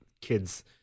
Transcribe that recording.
kids